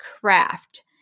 craft